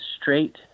straight